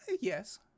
yes